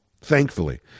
thankfully